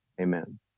Amen